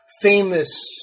famous